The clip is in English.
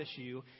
issue